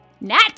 Nat